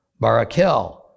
Barakel